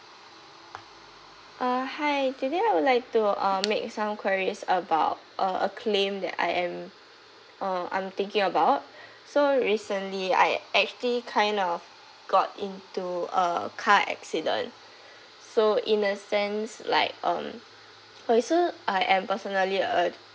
uh hi today I would like to uh make some queries about uh a claim that I am uh I'm thinking about so recently I actually kind of got into a car accident so in a sense like um okay so I am personally a